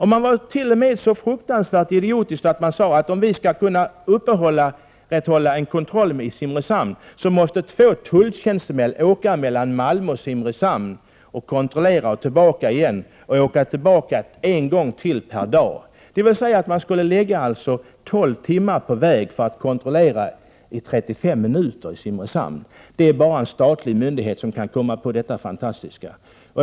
Man var t.o.m. så fruktansvärt idiotisk att man sade, att om vi skall kunna upprätthålla en kontroll i Simrishamn, måste två tulltjänstemän varje dag åka mellan Malmö och Simrishamn och kontrollera för att sedan åka tillbaka igen. Man skulle alltså ligga 12 timmar på väg för att kontrollera i 35 minuter i Simrishamn. Det är bara en statlig myndighet som kan komma på denna fantastiska sak.